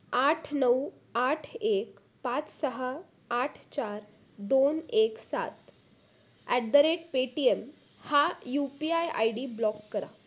आठ नऊ आठ एक पाच सहा आठ चार दोन एक सात ॲट द रेट पेटीएम हा U P I I D block करा